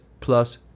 plus